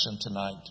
tonight